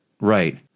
Right